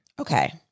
Okay